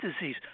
disease